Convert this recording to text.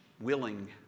willing